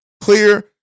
clear